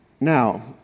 Now